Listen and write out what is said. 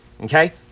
Okay